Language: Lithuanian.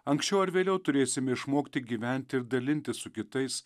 anksčiau ar vėliau turėsime išmokti gyventi ir dalintis su kitais